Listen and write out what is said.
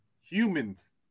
humans